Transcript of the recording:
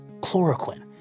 chloroquine